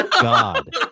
God